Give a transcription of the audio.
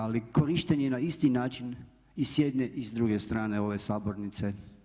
Ali korištenje na isti način i s jedne i s druge strane ove sabornice.